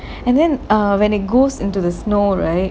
and then err when it goes into the snow right